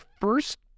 first